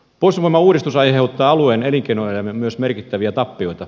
puolustusvoimauudistus aiheuttaa alueen elinkeinoelämälle myös merkittäviä tappioita